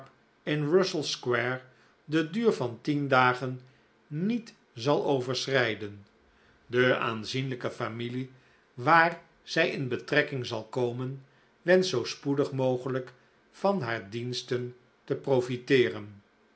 in russell square den duur van tien dagen niet zal overschrijden de aanzienlijke familie waar zij in betrekking zal komen wenscht zoo spoedig mogelijk van haar diensten te proflteeren